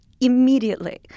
Immediately